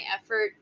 effort